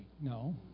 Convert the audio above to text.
No